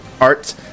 art